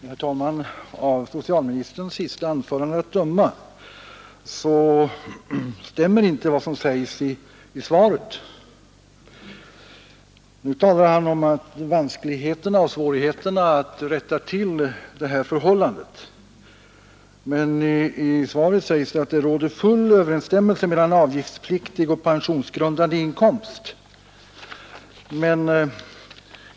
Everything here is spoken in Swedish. Herr talman! Av socialministerns senaste anförande att döma stämmer inte vad som sägs i svaret. Nu talar han om vanskligheterna och svårigheterna att rätta till det här förhållandet, men i svaret sägs att det ”råder full överensstämmelse mellan avgiftspliktig och pensionsgrundande inkomst”.